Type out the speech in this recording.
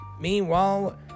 Meanwhile